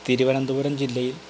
തിരുവനന്തപുരം ജില്ലയിൽ